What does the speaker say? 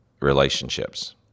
relationships